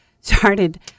started